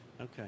Okay